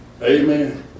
Amen